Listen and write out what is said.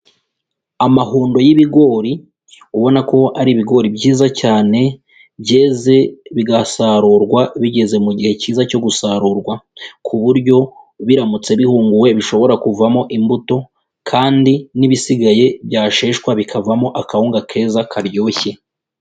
Amahundo y'ibigori ubona ko ari ibigori byiza cyane byeze bigasarurwa bigeze mu gihe cyiza cyo gusarurwa ku buryo biramutse bihunguwe bishobora kuvamo imbuto kandi n'ibisigaye byasheshwa bikavamo akawunga keza karyoshye.